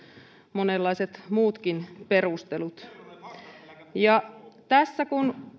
monenlaiset muutkin perustelut tässä kun